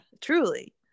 truly